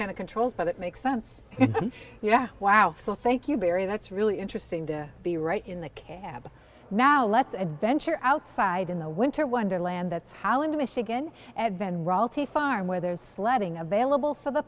kind of controls but it makes sense yeah wow so thank you barry that's really interesting to be right in the cab now let's adventure outside in the winter wonderland that's holland michigan at van royalty farm where there's sledding available for the